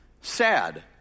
sad